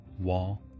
wall